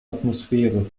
atmosphäre